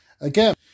Again